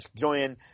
join